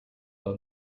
all